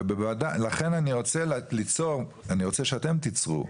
לכן אני רוצה ליצור, אני רוצה שאתם תיצרו,